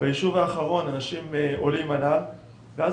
ביישוב האחרון אנשים עולים עליו ואז